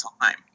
time